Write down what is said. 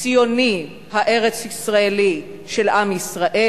הציוני הארץ-ישראלי של עם ישראל,